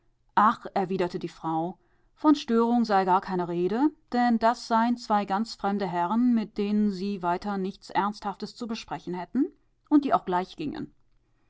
ach erwiderte die frau von störung sei keine rede denn das seien zwei ganz fremde herren mit denen sie weiter nichts ernsthaftes zu besprechen hätten und die auch gleich